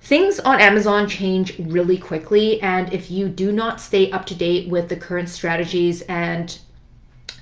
things on amazon change really quickly and if you do not stay up to date with the current strategies and